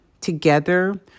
Together